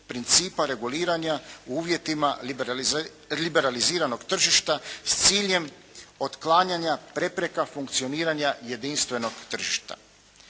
principa reguliranja u uvjetima liberaliziranog tržišta s ciljem otklanjanja prepreka funkcioniranja jedinstvenog tržišta.